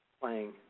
playing